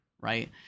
right